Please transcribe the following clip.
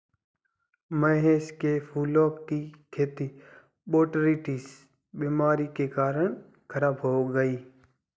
महेश के फूलों की खेती बोटरीटिस बीमारी के कारण खराब हो गई